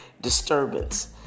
disturbance